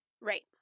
Right